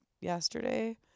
yesterday